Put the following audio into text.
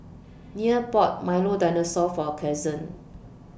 Nia bought Milo Dinosaur For Cason